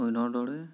অন্যৰ দৰে